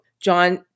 john